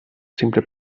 sempre